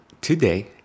today